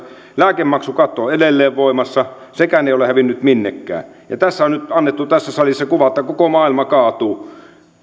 lääkemaksukatto on edelleen voimassa sekään ei ole hävinnyt minnekään ja tässä salissa on nyt annettu se kuva että koko maailma kaatuu